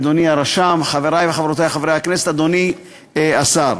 אדוני הרשם, חברי וחברותי חברי הכנסת, אדוני השר,